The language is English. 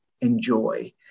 enjoy